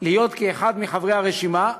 להיות אחד מחברי הרשימה,